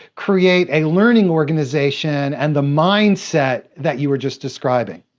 create a learning organization and the mindset that you were just describing.